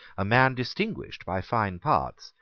a man distinguished by fine parts,